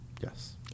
Yes